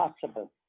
possible